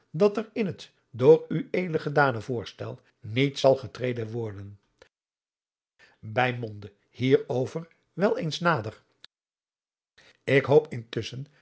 dat er in het door ue gedane voorstel niet zal getreden worden adriaan loosjes pzn het leven van johannes wouter blommesteyn bij monde hierover wel eens nader ik hoop intusschen